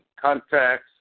contacts